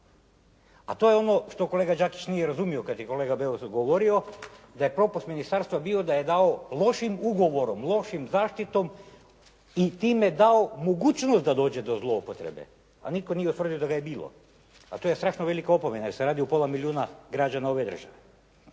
A to je ono što kolega Đakić nije razumio kad je kolega Beus govorio, da je propust ministarstva bio da je dao lošim ugovorom, lošom zaštitom i time dao mogućnost da dođe do zloupotrebe, a nitko nije utvrdio da ga je bilo. A to je strašno velika opomena jer se radi o pola milijuna građana ove države.